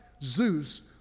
Zeus